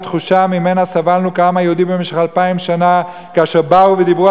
התחושה שממנה סבלנו כעם היהודי במשך אלפיים שנה כאשר באו ודיברו